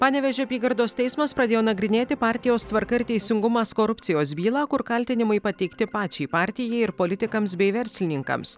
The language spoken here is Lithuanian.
panevėžio apygardos teismas pradėjo nagrinėti partijos tvarka ir teisingumas korupcijos bylą kur kaltinimai pateikti pačiai partijai ir politikams bei verslininkams